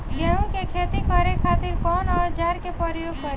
गेहूं के खेती करे खातिर कवन औजार के प्रयोग करी?